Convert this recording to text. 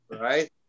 right